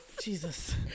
Jesus